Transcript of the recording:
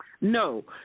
no